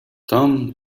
tam